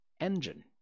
engine